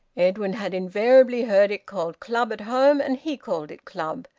edwin had invariably heard it called club at home, and he called it club,